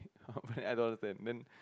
oh man I don't understand man